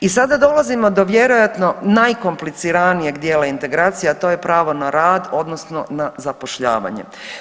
I sada dolazimo do vjerojatno najkompliciranijeg dijela integracija, a to je pravo na rad odnosno na zapošljavanje.